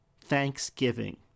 thanksgiving